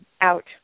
Out